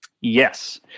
Yes